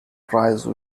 prize